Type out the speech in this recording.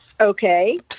Okay